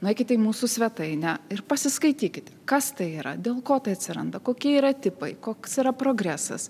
nueikite į mūsų svetainę ir pasiskaitykite kas tai yra dėl ko tai atsiranda kokie yra tipai koks yra progresas